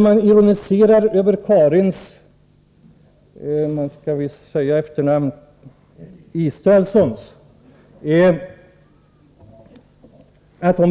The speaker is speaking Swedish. Man ironiserar över att Karin Israelsson